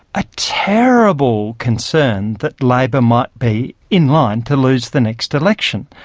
a terrible concern that labor might be in line to lose the next election.